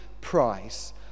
price